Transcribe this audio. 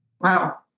Wow